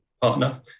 partner